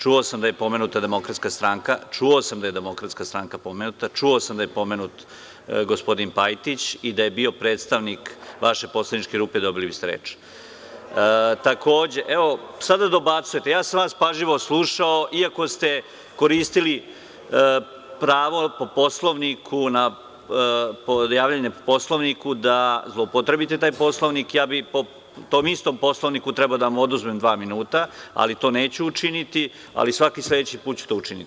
Čuo sam da je pomenuta Demokratska stranka, čuo sam da je Demokratska stranka pomenuta, čuo sam da je pomenut gospodin Pajtić i da je bio predstavnik vaše poslaničke grupe i dobili biste reč. (Aleksandra Jerkov dobacuje sa mesta.) Sada dobacujete, ja sam vas pažljivo slušao iako ste koristili pravo po Poslovniku, povodom javljanja po Poslovniku da zloupotrebite taj Poslovnik, ja bih po tom istom Poslovniku trebao da vam oduzmem dva minuta, ali to neću učiniti, ali svaki sledeći put ću to učiniti.